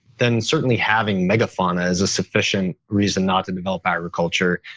then certainly having megafauna is a sufficient reason not to develop agriculture.